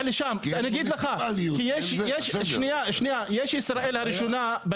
יש ישראל הראשונה,